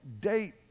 date